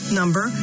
number